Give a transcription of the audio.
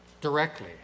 Directly